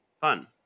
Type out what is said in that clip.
fun